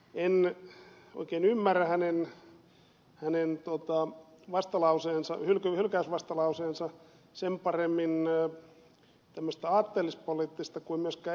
en oikein ymmärrä hänen hylkäysvastalauseensa sen paremmin tämmöistä aatteellis poliittista kuin myöskään eläkepoliittista perustelua